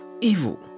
evil